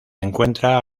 encuentra